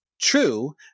true